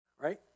Right